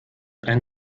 ein